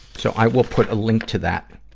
so i will put a link to that.